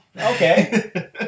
Okay